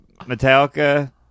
Metallica